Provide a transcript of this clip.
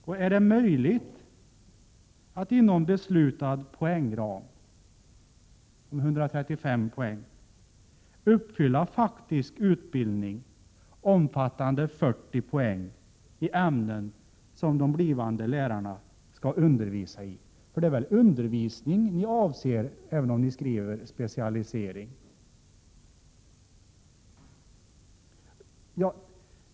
Och är det möjligt att inom beslutad poängram, 135 poäng, genomföra faktisk utbildning, omfattande 40 poäng i ämnen som de blivande lärarna skall undervisa i? För det är väl undervisning ni avser, även om ni skriver ”specialisering”?